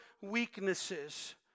weaknesses